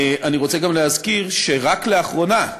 אני רוצה גם להזכיר שרק לאחרונה,